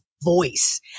Voice